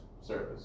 service